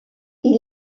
elle